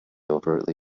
overtly